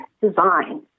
design